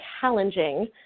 challenging